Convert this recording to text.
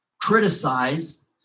criticize